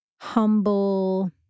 humble